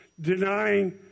denying